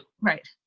Right